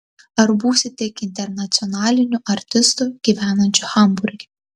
ar būsi tik internacionaliniu artistu gyvenančiu hamburge